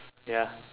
ya